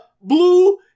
blue